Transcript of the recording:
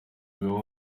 bibaho